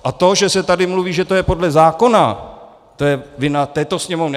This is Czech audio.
A to, že se tady mluví, že to je podle zákona, to je vina této Sněmovny.